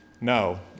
No